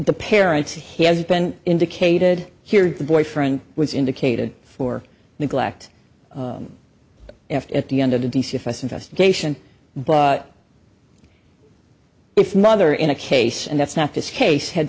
the parents he has been indicated here the boyfriend was indicated for neglect after at the end of the d c s investigation but if mother in a case and that's not this case had